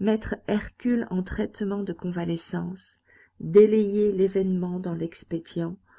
mettre hercule en traitement de convalescence délayer l'événement dans